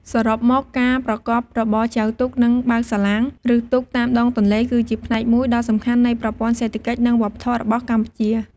សរុបមក ការប្រកបរបរចែវទូក និងបើកសាឡាង ឬទូកតាមដងទន្លេ គឺជាផ្នែកមួយដ៏សំខាន់នៃប្រព័ន្ធសេដ្ឋកិច្ច និងវប្បធម៌របស់កម្ពុជា។